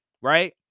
right